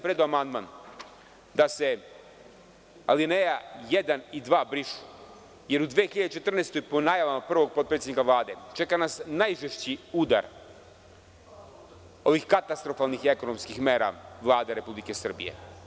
Predao sam amandman da se alineja jedan i dva brišu, jer u 2014. po najavama prvog potpredsednika Vlade nas čeka najžešći udar ovih katastrofalnih ekonomskih mera Vlade Republike Srbije.